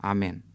Amen